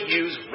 use